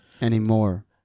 anymore